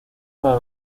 para